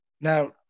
Now